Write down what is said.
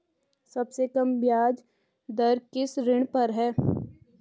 सबसे कम ब्याज दर किस ऋण पर है?